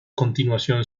continuación